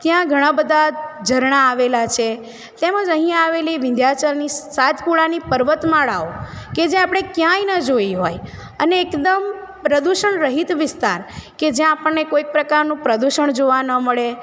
ત્યાં ઘણા બધા ઝરણા આવેલા છે તેમજ અહીંયા આવેલી વિંંધ્યાચલની સાત પૂળાની પર્વતમાળાઓ કે જે આપણે ક્યાંય ન જોઈ હોય અને એકદમ પ્રદૂષણ રહિત વિસ્તાર કે જ્યાં આપણને કોઈક પ્રકારનું પ્રદૂષણ જોવા ન મળે